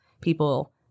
people